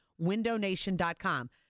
windownation.com